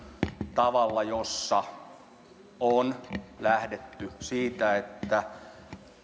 tavalla jossa on lähdetty siitä että